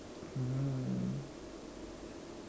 mmhmm